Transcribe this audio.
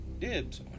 dibs